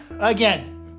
again